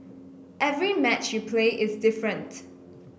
every match you play is different